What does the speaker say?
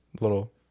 little